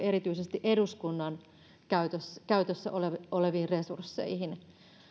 erityisesti eduskunnan käytössä käytössä oleviin oleviin resursseihin